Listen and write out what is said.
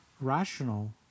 rational